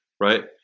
Right